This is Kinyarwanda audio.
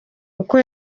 uko